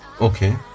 Okay